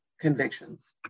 convictions